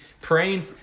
praying